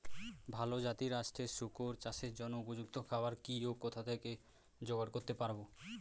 ভালো জাতিরাষ্ট্রের শুকর চাষের জন্য উপযুক্ত খাবার কি ও কোথা থেকে জোগাড় করতে পারব?